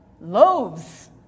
loaves